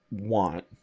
want